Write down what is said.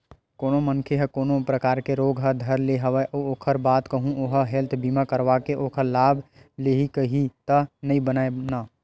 कोनो मनखे ल कोनो परकार के रोग ह धर ले हवय अउ ओखर बाद कहूँ ओहा हेल्थ बीमा करवाके ओखर लाभ लेहूँ कइही त नइ बनय न